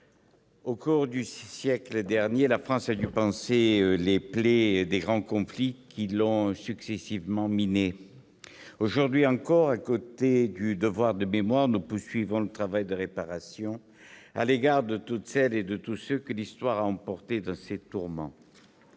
au cours du siècle dernier, la France a dû panser les plaies des grands conflits qui l'ont successivement minée. Aujourd'hui encore, à côté du devoir de mémoire, nous poursuivons le travail de réparation à l'égard de toutes celles et de tous ceux que l'histoire a emportés dans ses tourments.